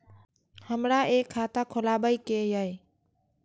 हमरा एक खाता खोलाबई के ये?